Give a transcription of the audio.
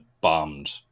bombed